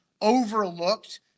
overlooked